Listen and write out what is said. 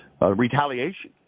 retaliation